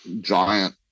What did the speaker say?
giant